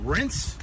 Rinse